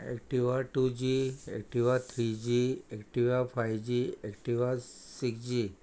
Activa two G Activa three G Activa five G Activa six G